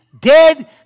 dead